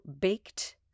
baked